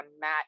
Matt